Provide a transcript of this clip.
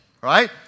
right